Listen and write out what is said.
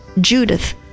Judith